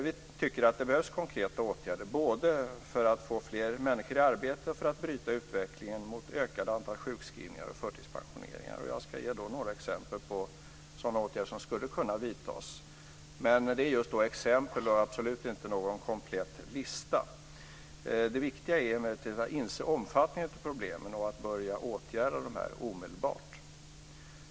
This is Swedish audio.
Vi tycker att det behövs konkreta åtgärder, både för att få fler människor i arbete och för att bryta utvecklingen mot ett ökat antal sjukskrivningar och förtidspensioneringar. Jag ska ge några exempel på sådana åtgärder som skulle kunna vidtas, men det är just exempel och absolut inte någon komplett lista. Det viktiga är emellertid att inse omfattningen av problemen och att börja åtgärda dem omedelbart.